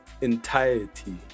entirety